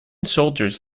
soldiers